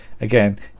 again